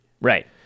right